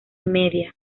media